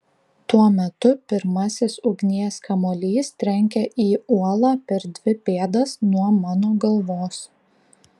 tuo metu pirmasis ugnies kamuolys trenkia į uolą per dvi pėdas nuo mano galvos